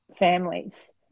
families